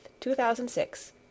2006